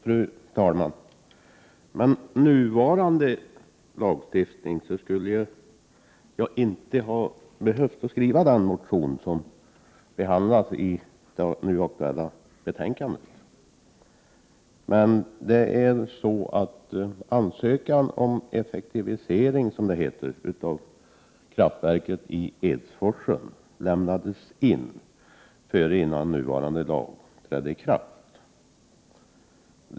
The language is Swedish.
Fru talman! Med nuvarande lagstiftning skulle jag inte ha behövt skriva den motion som behandlas i det nu aktuella betänkandet. Men ansökan om effektivisering av kraftverket i Edsforsen lämnades in, innan nuvarande lag trädde i kraft.